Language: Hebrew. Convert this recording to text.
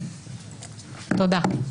תודה.